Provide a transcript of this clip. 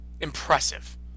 Impressive